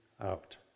out